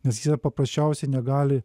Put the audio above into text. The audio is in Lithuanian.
nes jie paprasčiausiai negali